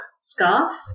scarf